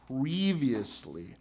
previously